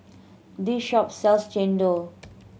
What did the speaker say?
this shop sells chendol